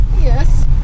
yes